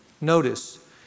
Notice